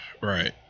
right